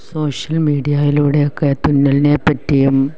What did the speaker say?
social മീഡിയായിലൂടെ ഒക്കെ തുന്നലിനെ പറ്റിയും